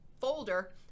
folder